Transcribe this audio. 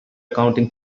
counting